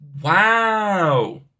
Wow